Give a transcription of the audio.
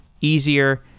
easier